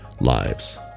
lives